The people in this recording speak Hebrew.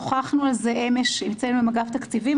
שוחחנו על זה אמש עם אגף תקציבים.